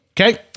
Okay